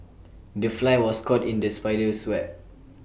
the fly was caught in the spider's web